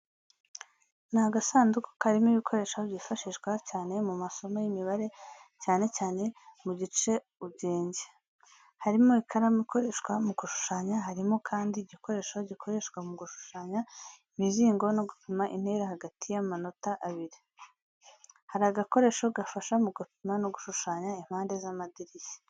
Ni agasanduku karimo ibikoresho byifashishwa cyane mu masomo y’imibare cyane cyane mu gice ubugenge. Harimo ikaramu ikoreshwa mu gushushanya harimo kandia igikoresho gikoreshwa mu gushushanya imizingo no gupima intera hagati y'amanota abiri. Hari agakoresho gafasha mu gupima no gushushanya impande z’amadirishya.